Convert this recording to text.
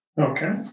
Okay